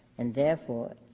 and therefore,